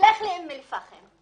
לך לאום אל פאחם,